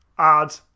add